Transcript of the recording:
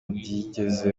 byigeze